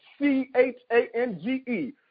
C-H-A-N-G-E